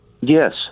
Yes